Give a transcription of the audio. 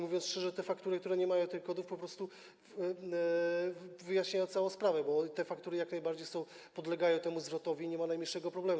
Mówiąc szczerze, te faktury, które nie mają tych kodów, po prostu wyjaśniają całą sprawę, bo te faktury jak najbardziej są, podlegają temu zwrotowi i nie ma najmniejszego problemu.